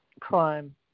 crime